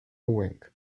wink